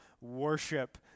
worship